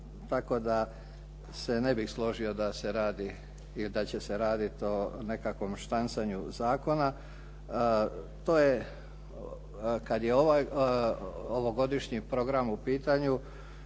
tako da se ne bih složio da se radi ili da će se raditi o nekakvom štancanju zakona. To je kada je ovogodišnji program u pitanju